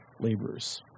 laborers